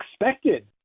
expected